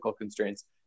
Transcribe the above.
constraints